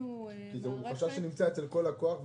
כי זה חשש שנמצא אצל כל לקוח.